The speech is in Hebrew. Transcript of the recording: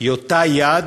היא אותה יד,